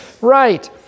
Right